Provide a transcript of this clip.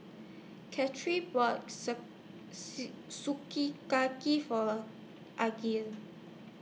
Cathey bought Sukiyaki For